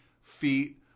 feet